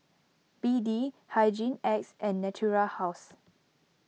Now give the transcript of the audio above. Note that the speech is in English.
B D Hygin X and Natura House